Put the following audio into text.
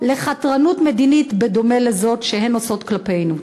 לחתרנות מדינית בדומה לזאת שהן עושות כלפינו.